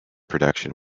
production